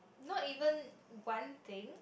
not even one thing